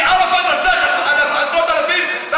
שערפאת רצח עשרות אלפים,